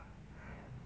ya